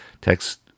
text